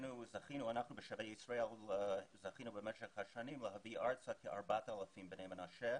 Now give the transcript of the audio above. זכינו במשך השנים להביא ארצה כ-4,000 בני מנשה.